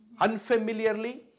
unfamiliarly